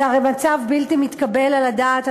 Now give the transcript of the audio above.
זה הרי מצב בלתי מתקבל על הדעת.